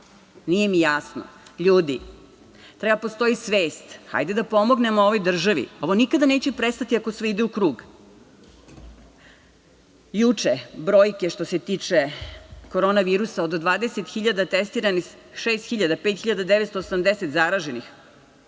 Nije mi jasno. Ljudi, treba da postoji svest, hajde da pomognemo ovoj državi, ovo nikada neće prestati ako sve ide u krug. Juče, brojke što se tiče korona virusa od 20.000 testiranih 5.980 zaraženih.